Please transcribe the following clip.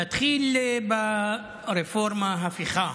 נתחיל ברפורמה-הפיכה,